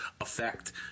effect